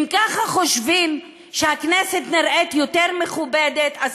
אם ככה חושבים שהכנסת נראית מכובדת יותר,